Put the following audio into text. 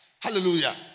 Hallelujah